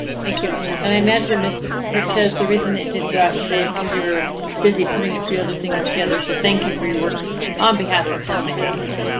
thank you and i imagine mrs. cortez. the reason it didn't go out today is cause you're busy putting a few other things together. so thank you for your work on behalf of so many people.